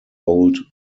old